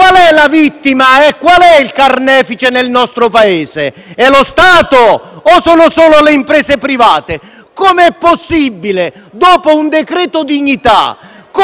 Qual è la vittima e qual è il carnefice nel nostro Paese? È lo Stato, o sono solo le imprese private? Come è possibile, dopo l'adozione del